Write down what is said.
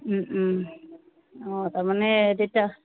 হয় তাৰ মানে তেতিয়া